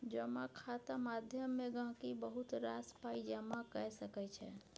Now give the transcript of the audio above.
जमा खाता माध्यमे गहिंकी बहुत रास पाइ जमा कए सकै छै